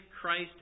Christ